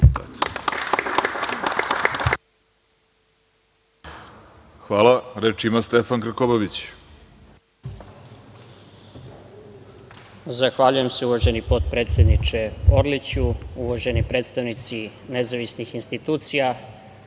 Hvala. Reč ima Stefan Krkobabić.